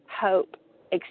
hope